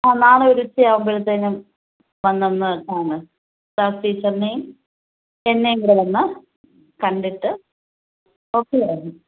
ആ നാളെ ഒരു ഉച്ചയാവുമ്പഴത്തേക്കും വന്നു ഒന്ന് കാണുക ക്ലാസ് ടീച്ചറിനേയും എന്നെയും കൂടെ ഒന്ന് കണ്ടിട്ട് ഓക്കെ ആണ്